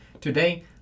Today